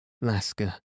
Laska